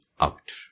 out